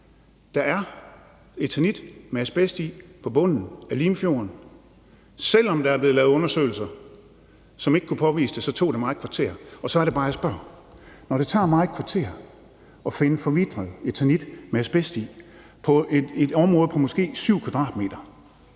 Der er eternit med asbest i på bunden af Limfjorden. Selv om der er blevet lavet undersøgelser, som ikke kunne påvise det, tog det mig et kvarter, og så er det bare, jeg spørger: Når det tager mig et kvarter at finde forvitret eternit med asbest i på et område på måske 7 m²,